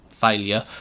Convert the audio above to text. failure